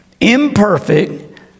imperfect